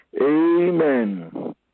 amen